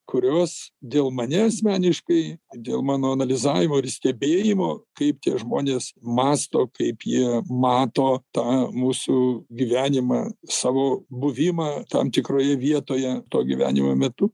kurios dėl manęs asmeniškai dėl mano analizavimo ir stebėjimo kaip tie žmonės mąsto kaip jie mato tą mūsų gyvenimą savo buvimą tam tikroje vietoje to gyvenimo metu